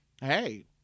hey